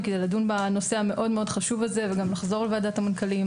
כדי לדון בנושא המאוד חשוב הזה וגם לחזור לוועדת המנכ"לים,